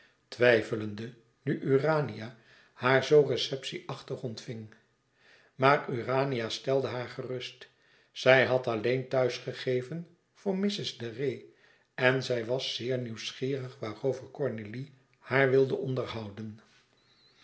twijfelende nu urania haar zoo receptie achtig ontving maar urania stelde haar gerust zij had alleen thuis gegeven voor mrs de retz en zij was zeer nieuwsgierig waarover cornélie haar wilde onderhouden